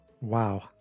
Wow